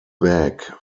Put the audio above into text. back